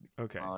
Okay